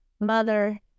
mother